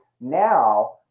now